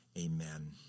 Amen